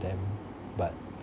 them but